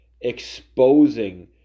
exposing